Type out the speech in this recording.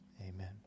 Amen